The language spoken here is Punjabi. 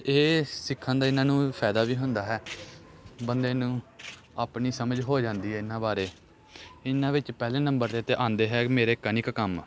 ਇਹ ਸਿੱਖਣ ਦਾ ਇਹਨਾਂ ਨੂੰ ਫਾਇਦਾ ਵੀ ਹੁੰਦਾ ਹੈ ਬੰਦੇ ਨੂੰ ਆਪਣੀ ਸਮਝ ਹੋ ਜਾਂਦੀ ਹੈ ਇਹਨਾਂ ਬਾਰੇ ਇਹਨਾਂ ਵਿੱਚ ਪਹਿਲੇ ਨੰਬਰ 'ਤੇ ਤਾਂ ਆਉਂਦੇ ਹੈ ਮੇਰੇ ਕਨਿਕ ਕੰਮ